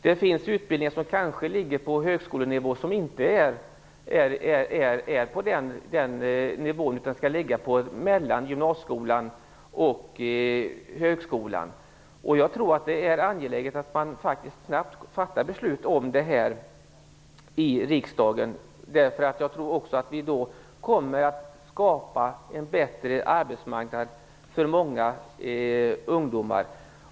Det finns utbildningar som ligger på högskolenivå som kanske inte skulle vara på den nivån, utan borde ligga mellan gymnasieskolan och högskolan. Jag tror att det är angeläget att man snabbt fattar beslut om det här i riksdagen, därför att då kommer vi att skapa en bättre arbetsmarknad för många ungdomar.